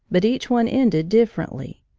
but each one ended differently.